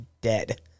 dead